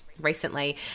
recently